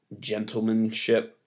gentlemanship